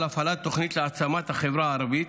הערבית